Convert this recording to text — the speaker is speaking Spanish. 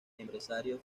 empresario